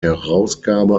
herausgabe